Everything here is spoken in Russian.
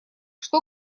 что